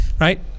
Right